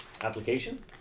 application